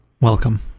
Welcome